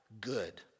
good